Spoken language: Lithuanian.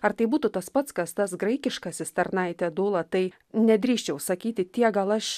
ar tai būtų tas pats kas tas graikiškasis tarnaitė dula tai nedrįsčiau sakyti tiek gal aš